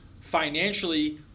financially